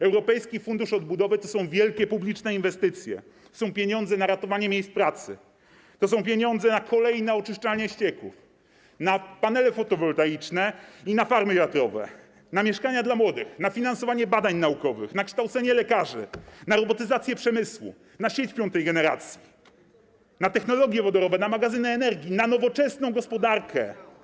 Europejski Fundusz Odbudowy to są wielkie publiczne inwestycje, to są pieniądze na ratowanie miejsc pracy, to są pieniądze na kolejne oczyszczalnie ścieków, na panele fotowoltaiczne i na farmy wiatrowe, na mieszkania dla młodych, na finansowanie badań naukowych, na kształcenie lekarzy, na robotyzację przemysłu, na sieć piątej generacji, na technologie wodorowe, na magazyny energii, na nowoczesną gospodarkę.